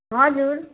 हजुर